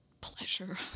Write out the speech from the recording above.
pleasure